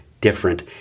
different